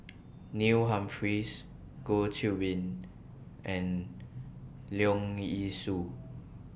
Neil Humphreys Goh Qiu Bin and Leong Yee Soo